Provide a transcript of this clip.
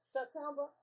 September